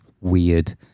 weird